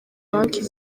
banki